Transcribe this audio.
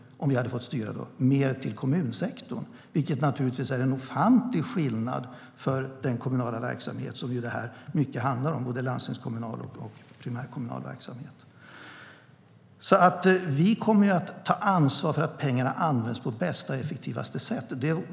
Det är naturligtvis en ofantlig skillnad för den primärkommunala och landstingskommunala verksamhet som det här handlar om. Vi kommer att ta ansvar för att pengarna används på bästa och effektivaste sätt.